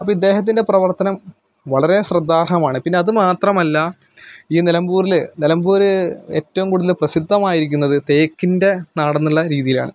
അപ്പോൾ ഇദ്ദേഹത്തിന്റെ പ്രവര്ത്തനം വളരെ ശ്രദ്ധാര്ഹമാണ് പിന്നെ അത് മാത്രമല്ല ഈ നിലമ്പൂരിൽ നിലമ്പൂർ ഏറ്റോം കൂടുതൽ പ്രസിദ്ധമായിരിക്കുന്നത് തേക്കിന്റെ നാടെന്നുള്ള രീതിയിലാണ്